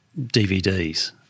DVDs